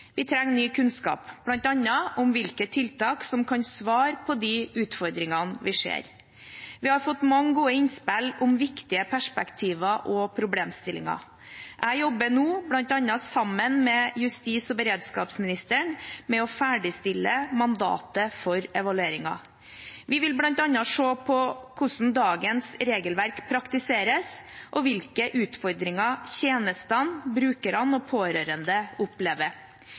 Vi trenger ny kunnskap, bl.a. om hvilke tiltak som kan svare på de utfordringene vi ser. Vi har fått mange gode innspill om viktige perspektiver og problemstillinger. Jeg jobber nå, bl.a. sammen med justis- og beredskapsministeren, med å ferdigstille mandatet for evalueringen. Vi vil bl.a. se på hvordan dagens regelverk praktiseres, og hvilke utfordringer tjenestene, brukerne og pårørende opplever.